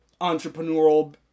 entrepreneurial